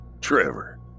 Trevor